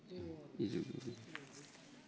इजों